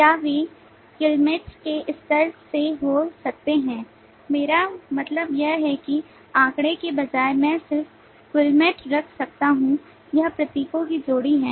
या वे guillemets के स्तर से हो सकते हैं मेरा मतलब यह है कि आंकड़े के बजाय मैं सिर्फ guillemet रख सकता हूं यह प्रतीकों की जोड़ी है